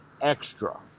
extra